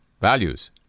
Values